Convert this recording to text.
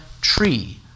tree